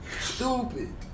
Stupid